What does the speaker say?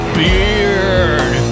beard